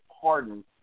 pardon